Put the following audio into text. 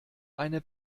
eine